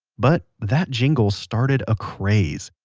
but, that jingle started a craze.